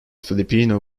filipino